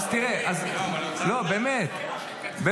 באמת.